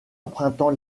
empruntant